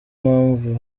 mpamvu